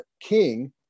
King